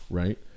right